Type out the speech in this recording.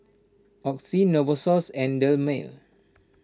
Oxy Novosource and Dermale